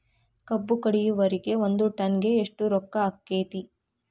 ಕಬ್ಬು ಕಡಿಯುವರಿಗೆ ಒಂದ್ ಟನ್ ಗೆ ಎಷ್ಟ್ ರೊಕ್ಕ ಆಕ್ಕೆತಿ?